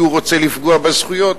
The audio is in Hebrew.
כי הוא רוצה לפגוע בזכויות.